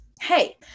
Hey